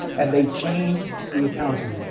and they changed the accounting